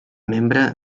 membre